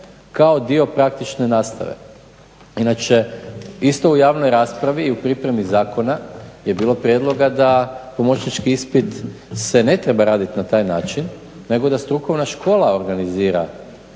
kao dio praktične nastave. Inače isto u javnoj raspravi i u pripremi zakona je bilo prijedloga da pomoćnički ispit se ne treba radit na taj način nego da strukovna škola organizira